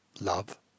love